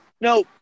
No